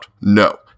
No